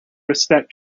respect